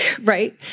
Right